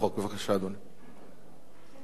בבקשה, אדוני.